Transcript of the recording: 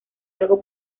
algo